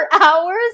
hours